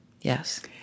Yes